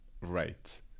right